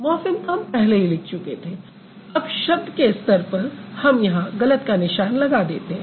morpheme तो हम पहले ही लिख चुके थे अब शब्द के स्तर पर हम यहाँ गलत का निशान लगा देते हैं